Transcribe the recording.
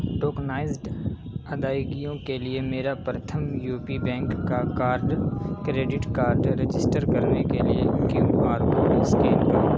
tokenized ادائیگیوں کے لیے میرا پرتھم یو پی بینک کا کارڈ کریڈٹ کارڈ رجسٹر کرنے کے لیے کیو آر کوڈ اسکین کرو